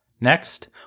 Next